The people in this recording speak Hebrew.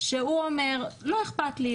שהוא אומר: לא אכפת לי,